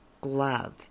glove